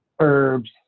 herbs